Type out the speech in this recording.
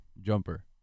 Jumper